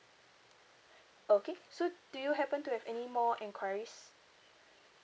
okay so do you happen to have any more enquiries